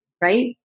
Right